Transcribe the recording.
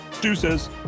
deuces